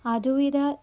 आदुविद